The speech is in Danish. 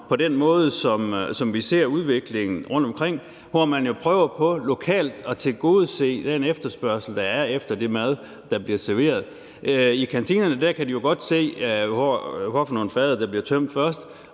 på den måde, som vi ser udviklingen rundtomkring, hvor man jo prøver på lokalt at tilgodese den efterspørgsel, der er, efter den mad, der bliver serveret. I kantinerne kan de jo godt se, hvad for nogle fade der bliver tømt først,